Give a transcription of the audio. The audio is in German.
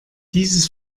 dieses